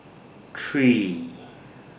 three